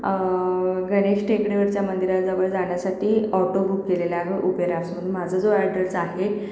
गणेश टेकडीवरच्या मंदिराजवळ जाण्यासाठी ऑटो बुक केलेला उबेर ॲप्प्समधून माझा जो ॲड्रेस आहे